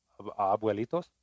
Abuelitos